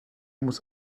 muss